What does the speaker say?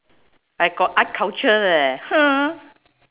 I got art culture leh !huh!